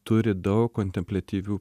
turi daug kontempliatyvių